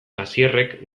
asierrek